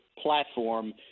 platform